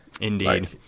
Indeed